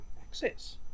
access